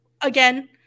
again